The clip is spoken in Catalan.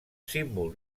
símbol